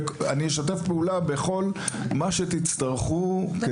אני אשתף פעולה בכל מה שתצטרכו כדי